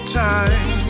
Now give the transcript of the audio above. time